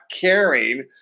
caring